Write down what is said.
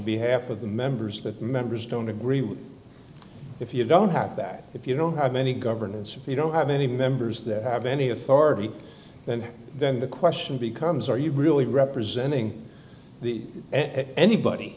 behalf of the members that members don't agree with if you don't have that if you don't have any governance or you don't have any members that have any authority then the question becomes are you really representing the anybody